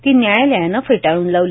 ती न्यायालयानं फेटाळून लावली